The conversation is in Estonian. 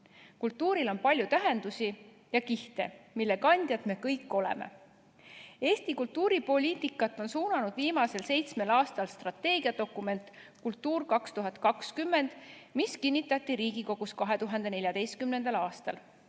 Kultuuril on palju tähendusi ja kihte, mille kandjad me kõik oleme. Eesti kultuuripoliitikat on suunanud viimasel seitsmel aastal strateegiadokument "Kultuur 2020", mis kinnitati Riigikogus 2014. aastal.